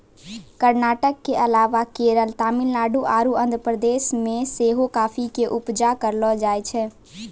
कर्नाटक के अलावा केरल, तमिलनाडु आरु आंध्र प्रदेश मे सेहो काफी के उपजा करलो जाय छै